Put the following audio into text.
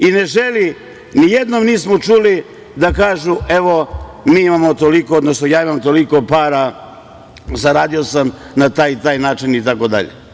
I ne želi, nijednom nismo čuli da kažu – evo, mi imamo toliko, odnosno ja imam toliko para, zaradio sam na taj i taj način itd.